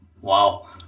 wow